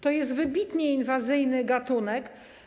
To jest wybitnie inwazyjny gatunek.